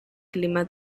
clima